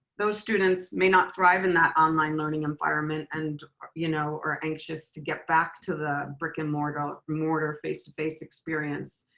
those students may not thrive in that online learning environment and are you know are anxious to get back to the brick and mortar ah mortar face to face experience.